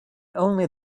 only